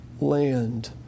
land